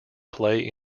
play